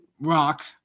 rock